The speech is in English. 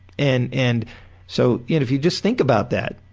and, and, so, if you just think about that,